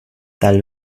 tal